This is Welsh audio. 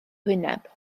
hwyneb